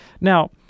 Now